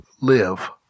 live